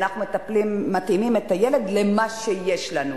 אנחנו מתאימים את הילד למה שיש לנו.